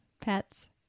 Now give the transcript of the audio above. pets